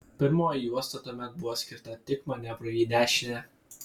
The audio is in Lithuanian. pirmoji juosta tuomet buvo skirta tik manevrui į dešinę